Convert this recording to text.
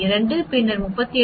2 பின்னர் 38